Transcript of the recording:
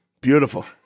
Beautiful